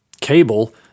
Cable